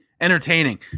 entertaining